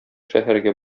шәһәргә